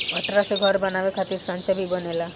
पटरा से घर बनावे खातिर सांचा भी बनेला